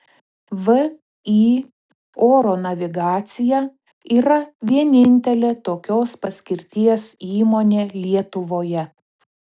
vį oro navigacija yra vienintelė tokios paskirties įmonė lietuvoje